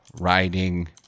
riding